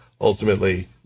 ultimately